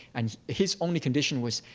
and his only condition was,